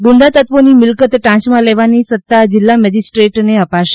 ગુંડા તત્વોની મિલકત ટાંચમાં લેવાની સત્તા જિલ્લા મેજિસ્ટ્રેટ અપાશે